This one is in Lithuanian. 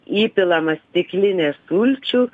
įpilama stiklinė sulčių